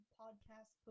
podcast